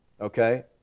Okay